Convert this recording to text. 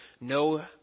no